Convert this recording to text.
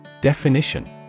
Definition